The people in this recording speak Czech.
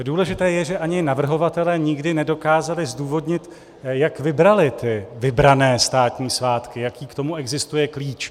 Důležité je, že ani navrhovatelé nikdy nedokázali zdůvodnit, jak vybrali ty vybrané státní svátky, jaký k tomu existuje klíč.